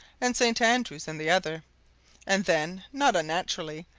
and st. andrews in the other and then, not unnaturally,